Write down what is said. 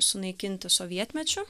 sunaikinti sovietmečiu